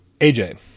AJ